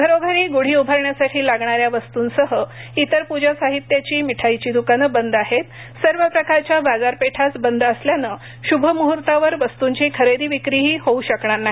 घरोघरी गुढी उभारण्यासाठी लागणाऱ्या वस्तूंसह इतर पूजा साहित्याची मिठाईची द्कानं बंद आहेत सर्व प्रकारच्या बाजारपेठच बंद असल्यानं शुभ मुहूर्तावर वस्तूंची खरेदी विक्रीही होऊ शकणार नाही